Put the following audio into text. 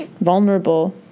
vulnerable